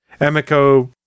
Emiko